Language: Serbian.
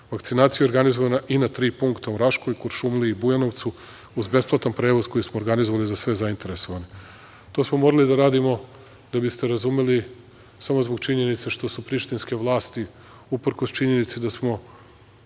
Vakcinacija je organizovana i na tri punkta u Raškoj, u Kuršumliji i Bujanovcu uz besplatan prevoz koji smo organizovali za sve zainteresovane. To smo morali da radimo, da biste razumeli, samo zbog činjenice što su prištinske vlasti uprkos činjenici da smo